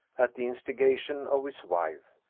at the instigation of his wife.